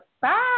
bye